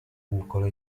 úkoly